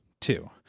Two